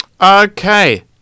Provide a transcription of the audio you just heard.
Okay